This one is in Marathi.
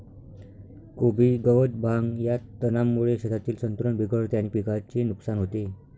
कोबी गवत, भांग, गवत या तणांमुळे शेतातील संतुलन बिघडते आणि पिकाचे नुकसान होते